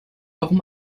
warum